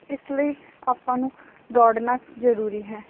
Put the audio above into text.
ਇਸ ਲਈ ਆਪਾਂ ਨੂੰ ਦੌੜਨਾ ਜ਼ਰੂਰੀ ਹੈ